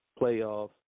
playoffs